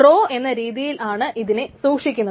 raw എന്ന രീതിയിൽ ആണ് ഇതിൽ സൂക്ഷിക്കുന്നത്